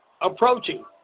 approaching